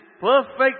perfect